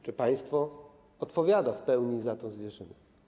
Czy państwo odpowiada w pełni za tę zwierzynę?